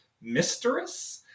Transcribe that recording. mistress